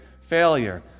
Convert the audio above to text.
failure